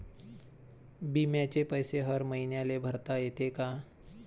बिम्याचे पैसे हर मईन्याले भरता येते का?